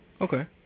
okay